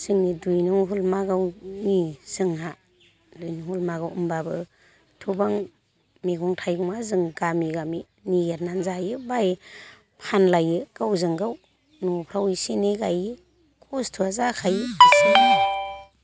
जोंनि दुइ नं हलमागावनि जोंहा ओरै हलमागाव होमब्लाबो एथबां मैगं थाइगंआ जों गामि गामि नागिरना जायो फानलायो गावजों गाव न'फ्राव एसे एनै गायो खस्थ'आ जाखायो एसे